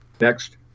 Next